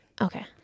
Okay